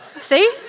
See